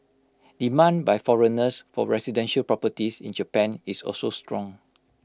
demand by foreigners for residential properties in Japan is also strong